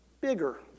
bigger